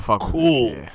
cool